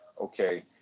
Okay